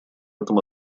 этом